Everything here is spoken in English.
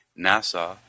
nasa